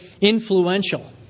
influential